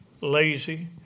lazy